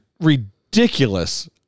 ridiculous